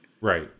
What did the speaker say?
Right